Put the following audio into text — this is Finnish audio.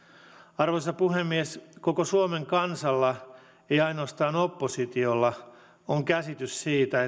arvoisa puhemies koko suomen kansalla ei ainoastaan oppositiolla on käsitys siitä